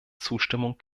zustimmung